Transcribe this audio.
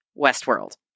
Westworld